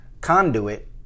conduit